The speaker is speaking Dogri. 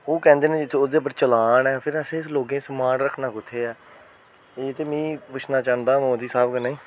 ओह् कैंह्दे न ओह्दे उप्पर चलान ऐ फिर असें लोगें गी समान रक्खना कुत्थै ऐ एह् ते मी पुच्छना चांह्दा मोदी साह्ब कन्नै